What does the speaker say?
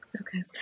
Okay